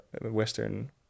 western